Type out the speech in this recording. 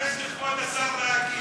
מה יש לכבוד השר להגיד?